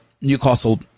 Newcastle